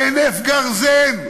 בהינף גרזן,